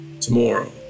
tomorrow